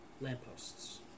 lampposts